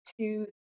two